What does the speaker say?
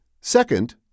Second